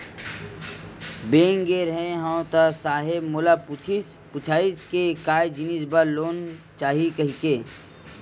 Bank गे रेहे हंव ता साहेब मोला पूछिस पुछाइस के काय जिनिस बर लोन चाही कहिके?